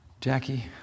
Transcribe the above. Jackie